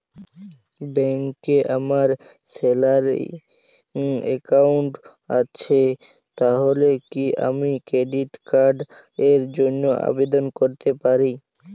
ব্যাংকে আমার salary account আছে তাহলে কি আমি ক্রেডিট কার্ড র জন্য আবেদন করতে পারি?